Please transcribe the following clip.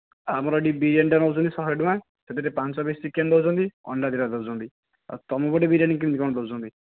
ଆମର ଏଇଠି ବିରିୟାନିଟା ନେଉଛନ୍ତି ଶହେଟଙ୍କା ସେଥି ରେ ପାଞ୍ଚ ପିସ୍ ଚିକେନ ଦେଉଛନ୍ତି ଅଣ୍ଡା ଦୁଇଟା ଦେଉଛନ୍ତି ଆଉ ତୁମପଟେ ବିରିୟାନି କେମିତି କଣ ଦେଉଛନ୍ତି